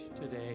today